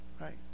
right